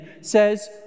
says